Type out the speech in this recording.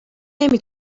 نمی